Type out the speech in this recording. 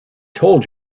told